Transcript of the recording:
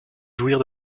jouir